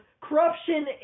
corruption